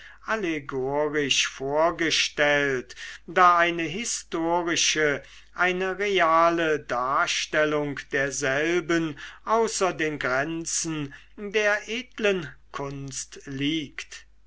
allegorisch vorgestellt da eine historische eine reale darstellung derselben außer den grenzen der edlen kunst liegt